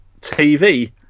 TV